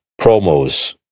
promos